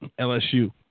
LSU